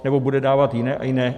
Nebo bude dávat jiné a jiné...